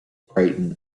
brighton